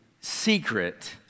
secret